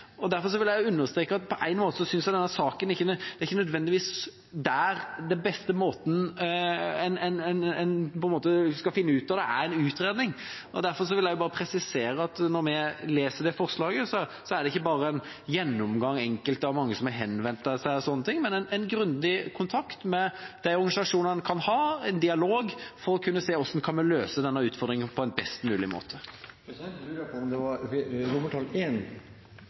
Derfor vil jeg understreke at på en måte synes jeg ikke nødvendigvis at den beste måten en skal finne ut av det, er ved en utredning, og derfor vil jeg bare presisere at når vi leser dette forslaget, er det ikke bare en gjennomgang fordi mange har henvendt seg eller slike ting, men en kan ha grundig kontakt med organisasjonene, en dialog, for å kunne se hvordan vi kan løse denne utfordringen på en best mulig måte. Disse to forslagene fra Arbeiderpartiet, Senterpartiet og SV om å kunne ha mulighet til å få pensjonsslipp på papir tilsendt i posten, det er jo noe langt mer enn følelser. Det er et spørsmål om realiteter. Det